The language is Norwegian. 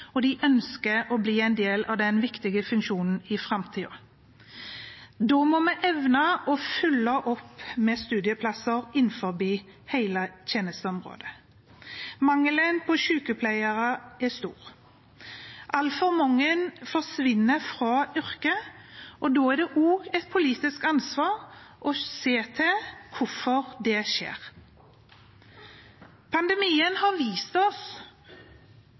og de ønsker å bli en del av den viktige funksjonen i framtiden. Da må vi evne å følge opp med studieplasser innenfor hele tjenesten vår. Mangelen på sykepleiere er stor. Altfor mange forsvinner fra yrket, og da er det også et politisk ansvar å se til hvorfor det skjer. Pandemien har vist oss